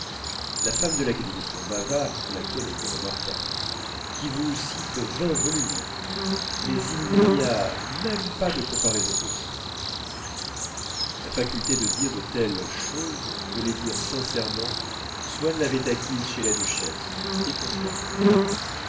était remarquable qui vous cite vingt volumes mais il n'y a même pas de comparaison possible la faculté de dire de telles choses de les dire sincèrement swann l'avait acquise chez la duchesse et conservée